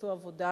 עשו עבודה